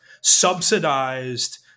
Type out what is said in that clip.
subsidized